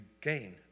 gain